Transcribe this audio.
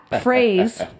phrase